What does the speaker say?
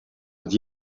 het